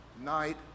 night